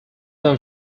them